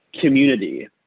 community